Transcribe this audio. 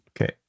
okay